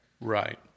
Right